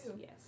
Yes